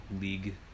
league